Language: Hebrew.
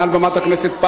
מעל במת הכנסת,